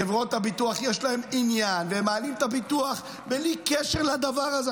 לחברות הביטוח יש עניין והן מעלות את הביטוח בלי קשר לדבר הזה.